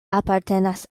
apartenas